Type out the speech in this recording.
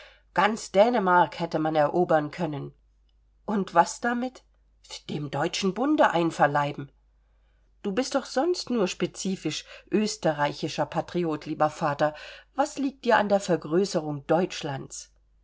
ganz dänemark hätte man erobern können und was damit dem deutschen bunde einverleiben du bist doch sonst nur spezifisch österreichischer patriot lieber vater was liegt dir an der vergrößerung deutschlands